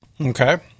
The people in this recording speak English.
Okay